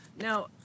Now